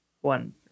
one